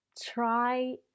Try